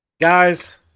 Guys